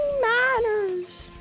matters